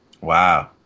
Wow